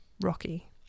rocky